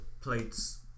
plates